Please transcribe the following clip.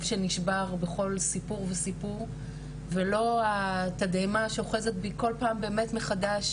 שנשבר בכל סיפור וסיפור ולא התדהמה שאוחזת בי כל פעם מחדש